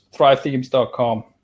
ThriveThemes.com